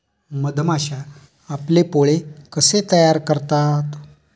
मधमाश्या आपले पोळे कसे तयार करतात?